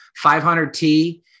500T